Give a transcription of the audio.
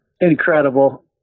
incredible